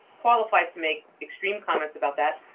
qualified to make extreme comments about that.